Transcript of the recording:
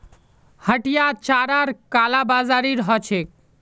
हटियात चारार कालाबाजारी ह छेक